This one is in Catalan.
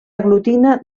aglutina